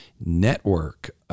network